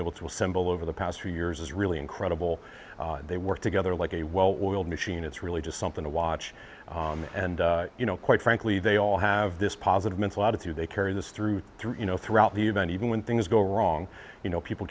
able to assemble over the past few years is really incredible they work together like a well oiled machine it's really just something to watch and you know quite frankly they all have this positive mental attitude they carry this through through you know throughout the event even when things go wrong you know people